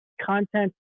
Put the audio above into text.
content